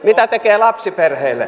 mitä tekee lapsiperheille